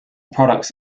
products